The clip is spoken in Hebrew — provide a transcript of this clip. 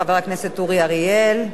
חבר הכנסת אורי אריאל,